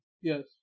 Yes